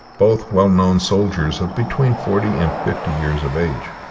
both well-known soldiers of between forty and fifty years of age,